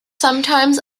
sometimes